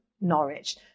Norwich